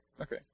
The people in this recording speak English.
Okay